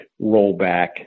rollback